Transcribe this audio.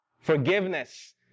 forgiveness